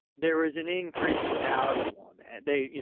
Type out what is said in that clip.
there is an increase in value on that. they, you